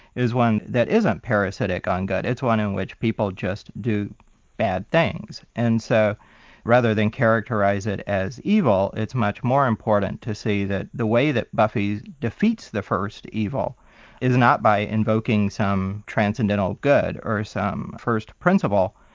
is one that isn't parasitic on good, it's one in which people just do bad things. and so rather than characterise it as evil, it's much more important to see that the way that buffy defeats the first evil is not by invoking some transcendental good, or some first principle,